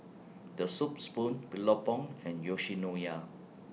The Soup Spoon Billabong and Yoshinoya